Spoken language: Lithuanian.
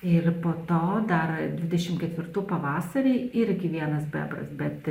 ir po to dar dvidešim ketvirtų pavasarį irgi vienas bebras bet